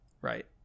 right